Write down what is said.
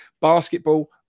Basketball